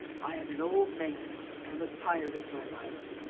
i am an old man, and was tired of my life.